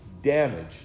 damage